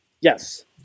Yes